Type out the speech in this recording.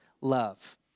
love